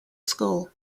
school